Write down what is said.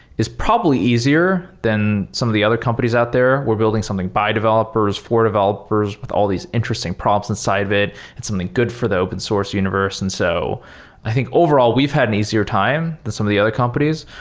is probably easier than some of the other companies out there. we're building something by developers, for developers with all these interesting props inside of it and something good for the open source universe. and so i think overall, we've had an easier time than some the other companies,